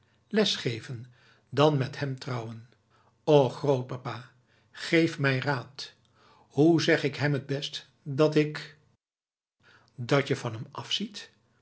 geven dan met hem trouwen och grootpapa geef mij raad hoe zeg ik hem het best dat ik dat je van hem afziet